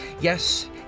yes